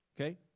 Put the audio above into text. Okay